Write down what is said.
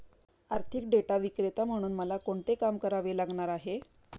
आर्थिक डेटा विक्रेता म्हणून मला कोणते काम करावे लागणार आहे?